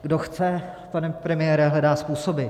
Kdo chce, pane premiére, hledá způsoby.